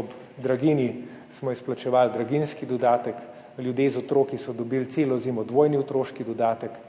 ob draginji smo izplačevali draginjski dodatek, ljudje z otroki so dobili celo zimo dvojni otroški dodatek,